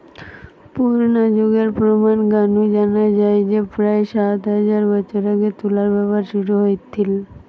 পুরনা যুগের প্রমান গা নু জানা যায় যে প্রায় সাত হাজার বছর আগে তুলার ব্যবহার শুরু হইথল